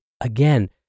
again